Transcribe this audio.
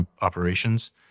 operations